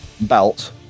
belt